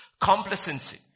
complacency